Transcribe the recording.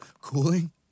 cooling